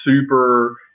super